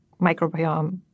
microbiome